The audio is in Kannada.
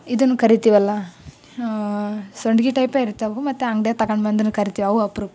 ಇದುನೂ ಕರೀತಿವಲ್ಲ ಸಂಡಿಗೆ ಟೈಪೇ ಇರ್ತವೆ ಮತ್ತು ಅಂಗ್ಡಿಯಲ್ಲಿ ತಗೊಂಡು ಬಂದುನೂ ಕರಿತೀವಿ ಅವು ಅಪ್ರೂಪಕ್ಕೆ